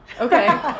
Okay